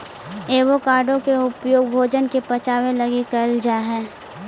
avocado के उपयोग भोजन के पचाबे लागी कयल जा हई